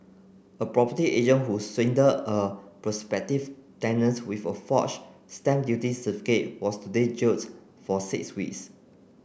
a property agent who swindled a prospective tenant with a forged stamp duty certificate was today jailed for six weeks